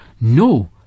No